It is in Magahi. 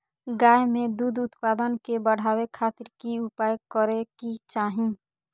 गाय में दूध उत्पादन के बढ़ावे खातिर की उपाय करें कि चाही?